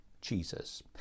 Jesus